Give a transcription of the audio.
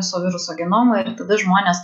viso viruso genomą ir tada žmonės